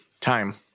time